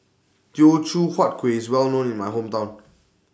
Teochew Huat Kuih IS Well known in My Hometown